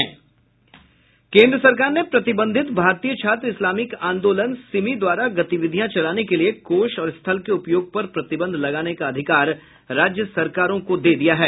केन्द्र सरकार ने प्रतिबंधित भारतीय छात्र इस्लामिक आन्दोलन सिमी द्वारा गतिविधियां चलाने के लिए कोष और स्थल के उपयोग पर प्रतिबंध लगाने का अधिकार राज्य सरकारों को दे दिया है